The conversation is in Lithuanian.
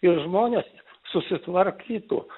ir žmonės susitvarkytų